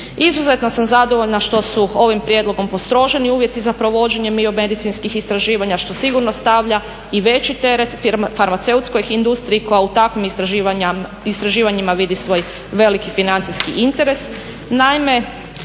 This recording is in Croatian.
Izuzetno sam zadovoljna što su ovim prijedlogom postroženi uvjeti za provođenje biomedicinskih istra istraživanja što sigurno stavlja i veći teret farmaceutskoj industriji koja u takvim istraživanjima vidi svoj veliki financijski interes.